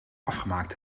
afgemaakt